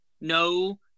no